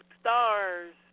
stars